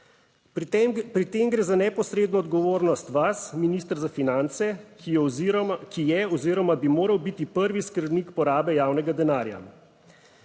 Pri tem gre za neposredno odgovornost vas, minister za finance, ki je oziroma bi moral biti prvi skrbnik porabe javnega denarja.